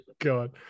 God